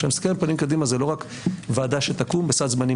וכשאני מסתכל עם הפנים קדימה זה לא רק ועדה שתקום בסד זמנים